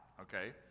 okay